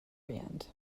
band